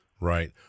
Right